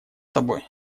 тобой